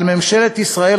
על ממשלת ישראל,